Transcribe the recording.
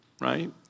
right